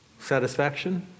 Satisfaction